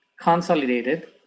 consolidated